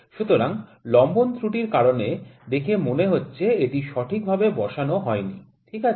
সুতরাং লম্বন ত্রুটি র কারণে দেখে মনে হচ্ছে এটি সঠিকভাবে বসানো হয়নি ঠিক আছে